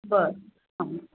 बरं हां